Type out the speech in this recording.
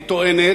היא טוענת,